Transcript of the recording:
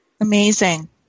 Amazing